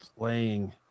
playing